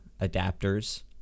adapters